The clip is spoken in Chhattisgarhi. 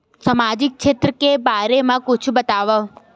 सामाजिक क्षेत्र के बारे मा कुछु बतावव?